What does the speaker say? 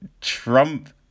Trump